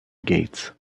gates